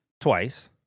twice